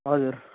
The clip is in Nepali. हजुर